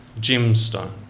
gemstone